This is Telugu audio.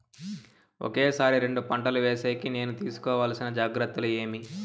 ఒకే సారి రెండు పంటలు వేసేకి నేను తీసుకోవాల్సిన జాగ్రత్తలు ఏమి?